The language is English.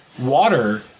water